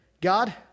God